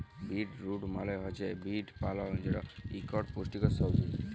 beet root মালে হছে beet পালং যেট ইকট পুষ্টিকর সবজি